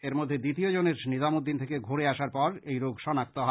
এরমধ্যে দ্বিতীয় জনের নিজামুদ্দিন থেকে ঘুরে আসার পর এই রোগ সনাক্ত হয়